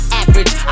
average